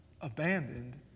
abandoned